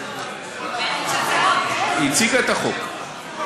הציגה את החוק.